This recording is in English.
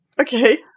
Okay